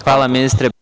Hvala, ministre.